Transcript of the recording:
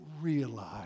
realize